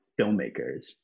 filmmakers